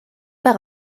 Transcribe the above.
par